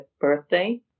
birthday